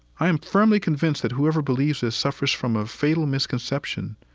i am firmly convinced that whoever believes this suffers from a fatal misconception.